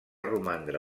romandre